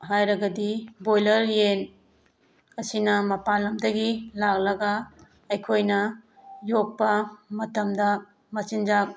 ꯍꯥꯏꯔꯒꯗꯤ ꯕꯣꯏꯂꯔ ꯌꯦꯟ ꯑꯁꯤꯅ ꯃꯄꯥꯟꯂꯝꯗꯒꯤ ꯂꯥꯛꯂꯒ ꯑꯩꯈꯣꯏꯅ ꯌꯣꯛꯄ ꯃꯇꯝꯗ ꯃꯆꯤꯟꯖꯥꯛ